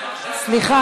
ביקורת?